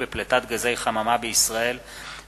ייצוג